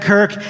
Kirk